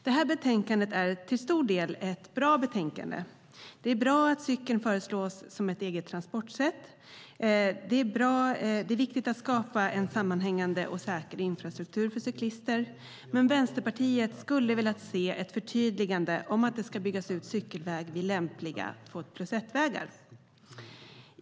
Det här betänkandet är till stor del ett bra betänkande. Det är bra att cykeln föreslås som ett eget transportsätt. Det är viktigt att skapa en sammanhängande och säker infrastruktur för cyklister. Men Vänsterpartiet skulle ha velat se ett förtydligande om att det ska byggas ut cykelväg vid lämpliga två-plus-ett-vägar.